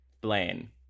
blaine